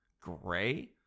Gray